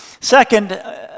Second